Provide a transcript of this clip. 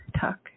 Talk